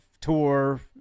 tour